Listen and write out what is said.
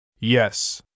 Yes